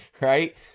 right